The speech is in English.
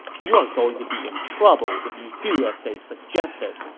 you're going to be in trouble if you do as they suggested.